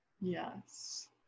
Yes